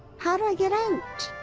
how do i get and